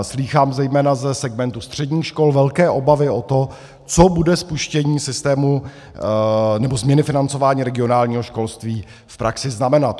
Slýchám zejména ze segmentu středních škol velké obavy o to, co bude spuštění systému nebo změny financování regionálního školství v praxi znamenat.